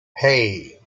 hey